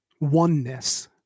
oneness